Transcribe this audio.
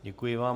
Děkuji vám.